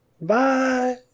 Bye